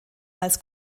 als